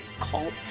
cult